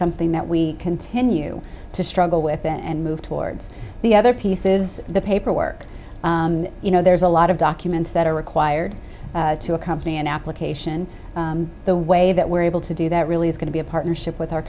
something that we continue to struggle with and move towards the other piece is the paperwork you know there's a lot of documents that are required to accompany an application the way that we're able to do that really is going to be a partnership with our